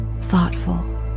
thoughtful